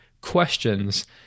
questions